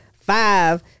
five